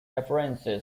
appearances